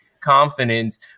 confidence